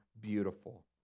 beautiful